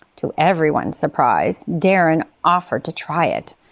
to everyone's surprise, darren offered to try it,